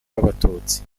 b’abatutsi